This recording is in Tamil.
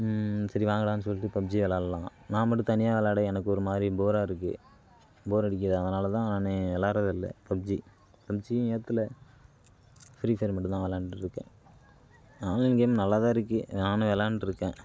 சரி வாங்கடான்னு சொல்லிட்டு பப்ஜி விளாடுலாம் நான் மட்டும் தனியாக விளாட எனக்கு ஒரு மாதிரி ஃபோராக இருக்குது ஃபோர் அடிக்கிது அதனால் தான் நான் விளாடுறது இல்லை பப்ஜி பப்ஜியும் ஏற்றல ஃப்ரி ஃபயர் மட்டும் தான் விளாண்டுருக்கன் ஆன்லைன் கேம் நல்லாதான் இருக்குது நானும் விளாண்டுருக்கன்